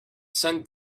sent